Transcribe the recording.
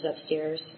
upstairs